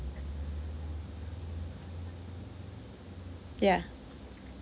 yeah